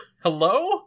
hello